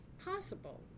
possible